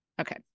Okay